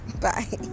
Bye